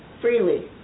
freely